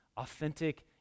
Authentic